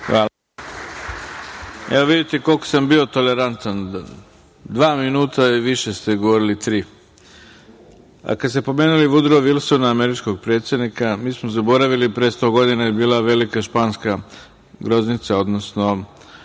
Dačić** Evo vidite koliko sam bio tolerantan, sva minuta i više ste govorili, tri. Kad ste pomenuli Vudroa Vilsona, američkog predsednika, mi smo zaboravili, pre sto godina je bila Velika španska groznica, gde